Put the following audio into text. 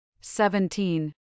Seventeen